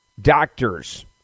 doctors